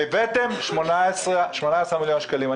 הבאתם 18 מיליון שקלים.